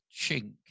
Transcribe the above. chink